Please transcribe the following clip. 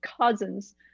cousins